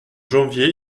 janvier